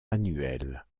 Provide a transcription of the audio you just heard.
annuelles